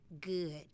good